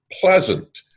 pleasant